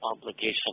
obligation